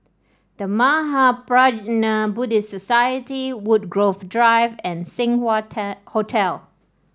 The Mahaprajna Buddhist Society Woodgrove Drive and Seng Wah Hotel